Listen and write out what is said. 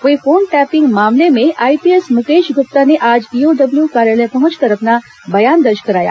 वहीं phone tapping मामले में आईपीएस मुकेश गुप्ता ने आज ईओडब्ल्यू कार्यालय पहुंचकर अपना बयान दर्ज कराया